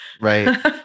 Right